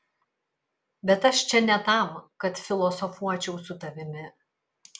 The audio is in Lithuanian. bet aš čia ne tam kad filosofuočiau su tavimi